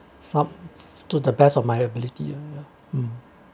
some to the best of my ability uh